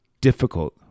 difficult